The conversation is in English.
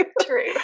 True